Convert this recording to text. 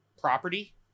property